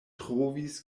trovis